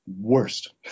worst